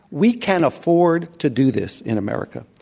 we can afford to do this in america.